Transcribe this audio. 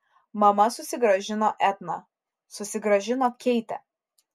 mama susigrąžino etną susigrąžino keitę